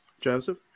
Joseph